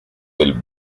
del